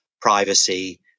privacy